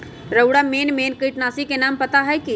रउरा main main किटनाशी के नाम पता हए कि?